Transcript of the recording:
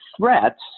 threats